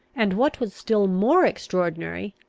and, what was still more extraordinary,